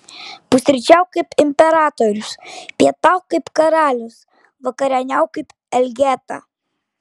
pusryčiauk kaip imperatorius pietauk kaip karalius vakarieniauk kaip elgeta